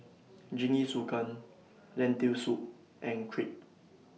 Jingisukan Lentil Soup and Crepe